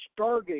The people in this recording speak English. Stargate